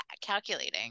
calculating